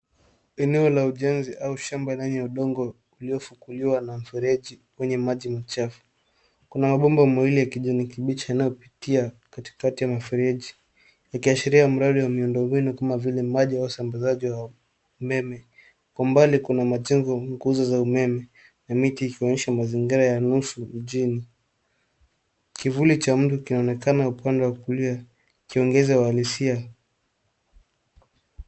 Eneo la ujenzi au shamba inayo udogo uliofukuliwa na mfereji wenye maji machafu. Kuna mabomba mawili ya kijani kibichi yanayopitia katikati ya mifereji likiashiria mradi wa miundo miwili kama vile usambazaji wa umeme. Kwa umbali kuna ma jengo lenye guzo za umeme na miti ikiashiria mazingira ya nusu mjini. Kivuli cha mtu kikionekana upande wa kulia kikiongeza uhalisia.